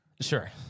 Sure